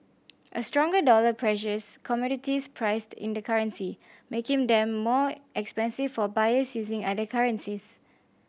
a stronger dollar pressures commodities priced in the currency making them more expensive for buyers using other currencies